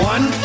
One